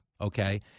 okay